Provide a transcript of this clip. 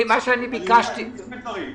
אני אומר שני דברים.